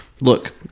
Look